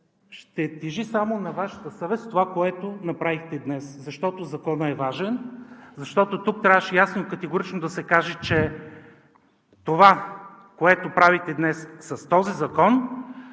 ще тежи само на Вашата съвест за това, което направихте днес. Защото Законът е важен. Защото тук ясно и категорично трябваше да се каже, че това, което правите днес с този закон,